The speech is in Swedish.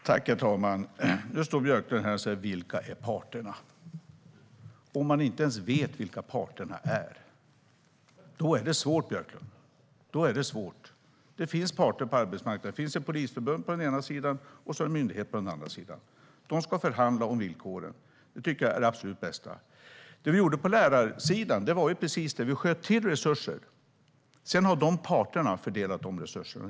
Herr talman! Nu står Björklund här och säger: Vilka är parterna? Om man inte ens vet vilka parterna är, då är det svårt, Björklund. Då är det svårt. Det finns parter på arbetsmarknaden. Det finns ett polisförbund på den ena sidan och en myndighet på den andra sidan. De ska förhandla om villkoren. Det tycker jag är det absolut bästa. Det vi gjorde på lärarsidan var precis det: Vi sköt till resurser, och sedan har parterna fördelat resurserna.